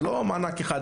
זה לא מענק אחד,